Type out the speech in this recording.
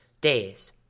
days